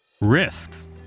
risks